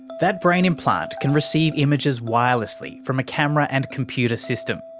that brain implant can receive images wirelessly from a camera and computer system.